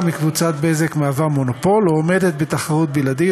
מקבוצת "בזק" מהווה מונופול או עומדת בתחרות בלעדית,